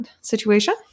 situation